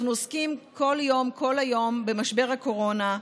אנחנו עוסקים כל יום כל היום במשבר הקורונה,